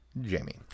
Jamie